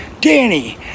Danny